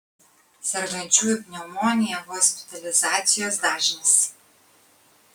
sergančiųjų pneumonija hospitalizacijos dažnis